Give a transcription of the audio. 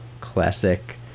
classic